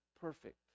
perfect